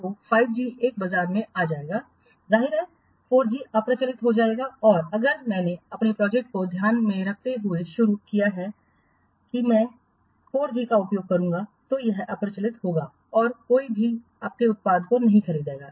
तो 5 जी एक बार बाजार में आ जाएगा जाहिर है 4 जी अप्रचलित हो जाएगा और अगर मैंने आपकी प्रोजेक्ट को ध्यान में रखते हुए शुरू किया है कि मैं 4 जी का उपयोग करूंगा तो यह अप्रचलित होगा और कोई भी आपके उत्पाद को नहीं खरीदेगा